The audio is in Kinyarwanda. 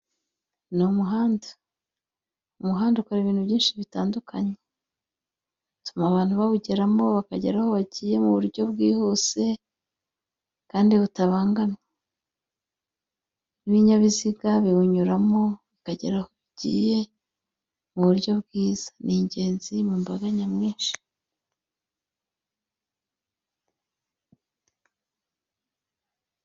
Ni umuhanda. Umuhanda ukora ibintu byinshi bitandukanye, utuma abantu bawugeramo bakagera aho bagiye mu buryo bwihuse, kandi butabangamye. N'ibinyabiziga biwunyuramo bikagera aho bigiye mu buryo bwiza. Ni ingenzi mu mbaga nyamwinshi.